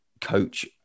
coach